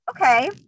Okay